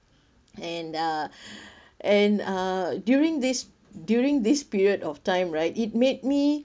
and uh and uh during this during this period of time right it made me